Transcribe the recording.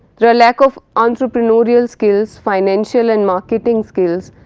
there are lack of entrepreneurial skills, financial and marketing skills,